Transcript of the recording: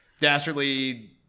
dastardly